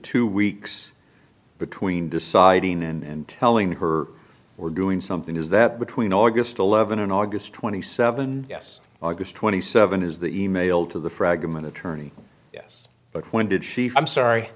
two weeks between deciding and telling her we're doing something is that between august eleventh and august twenty seven yes august twenty seventh is the e mail to the fragment attorney yes but when did she i'm sorry